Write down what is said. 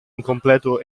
incompleto